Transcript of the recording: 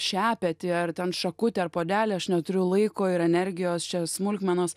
šepetį ar ten šakutę ar puodelį aš neturiu laiko ir energijos čia smulkmenos